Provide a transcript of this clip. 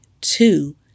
Two